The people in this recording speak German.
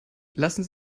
lassen